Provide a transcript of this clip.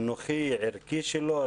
חינוכי, ערכי שלו.